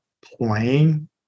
playing